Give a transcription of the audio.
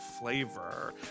flavor